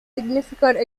significant